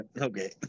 okay